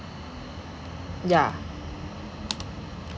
yeah